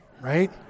right